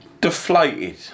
Deflated